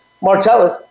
Martellus